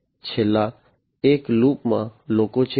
છેલ્લા એક લૂપ માં લોકો છે